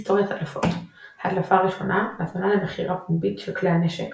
היסטוריית ההדלפות הדלפה ראשונה הזמנה למכירה פומבית של כלי הנשק